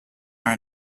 our